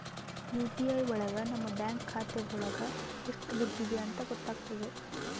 UPI ಒಳಗ ನಮ್ bank ಖಾತೆ ಒಳಗ ಎಷ್ಟ್ ದುಡ್ಡಿದೆ ಅಂತ ಗೊತ್ತಾಗ್ತದೆ